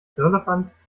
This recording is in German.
firlefanz